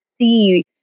see